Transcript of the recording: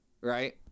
right